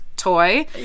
Toy